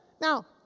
Now